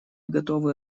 готовы